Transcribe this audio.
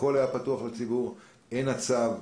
הכול היה פתוח לציבור: הן הצו,